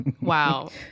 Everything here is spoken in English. Wow